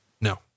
No